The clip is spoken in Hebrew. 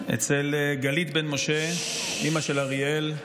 אצל גלית בן משה, אימא של אריאל.